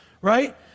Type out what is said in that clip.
right